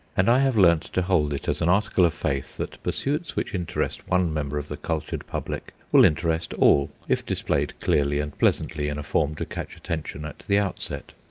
and i have learned to hold it as an article of faith that pursuits which interest one member of the cultured public will interest all, if displayed clearly and pleasantly, in a form to catch attention at the outset.